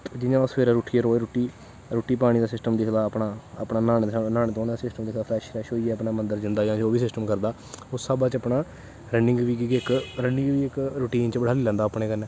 जियां अस सवेरै उट्ठियै रोज़ रुट्टी पानी दा सिस्टम दिखदा अपना अपना न्हानें धोनें दा सिस्टम दिखदा फ्रैश होईयै मन्दर जंदा जां जो बी सिस्टम करदा उस हिसाबा च रनिंग बी क्योंकि इक रनिंग बी रोटीन बनाई लैंदा अपने कन्नै